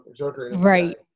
right